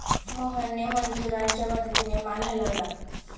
मोहनने मजुरांच्या मदतीने माल हलवला